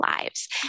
lives